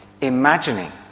imagining